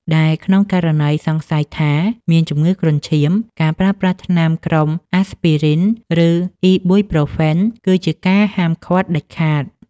ដែលក្នុងករណីសង្ស័យថាមានជំងឺគ្រុនឈាម ការប្រើប្រាស់ថ្នាំក្រុមអាស្ពីរីន ឬអុីប៊ុយប្រូហ្វែន គឺជាការហាមឃាត់ដាច់ខាត។